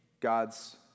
God's